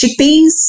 chickpeas